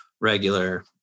regular